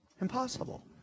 Impossible